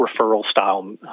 referral-style